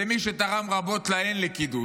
זה מי שתרם רבות ל"אין לכידות".